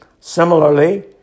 Similarly